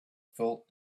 felt